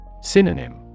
Synonym